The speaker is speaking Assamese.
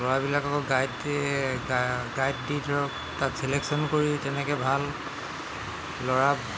ল'ৰাবিলাকক গাইড গাইড দি ধৰক তাত চিলেকচন কৰি তেনেকৈ ভাল ল'ৰা